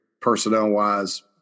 personnel-wise